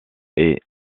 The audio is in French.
est